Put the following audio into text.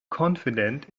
confident